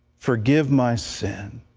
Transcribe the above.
forgive my sin,